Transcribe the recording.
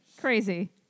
crazy